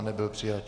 Nebyl přijat.